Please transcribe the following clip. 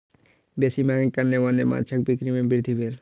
बेसी मांगक कारणेँ वन्य माँछक बिक्री में वृद्धि भेल